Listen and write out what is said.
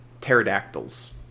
pterodactyls